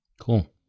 Cool